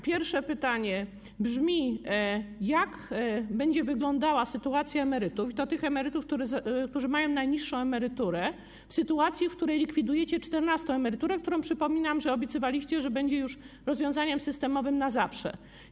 Pierwsze pytanie brzmi: Jak będzie wyglądała sytuacja emerytów, i to tych emerytów, którzy mają najniższą emeryturę, w sytuacji, w której likwidujecie czternastą emeryturę, co do której, przypominam, obiecywaliście, że będzie już rozwiązaniem systemowym na zawsze?